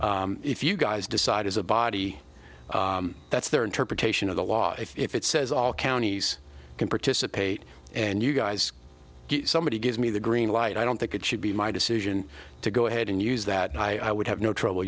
but if you guys decide is a body that's their interpretation of the law if it says all counties can participate and you guys get somebody gives me the green light i don't think it should be my decision to go ahead and use that i would have no trouble